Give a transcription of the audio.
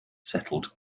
settled